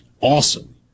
awesome